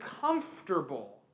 comfortable